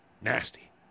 Nasty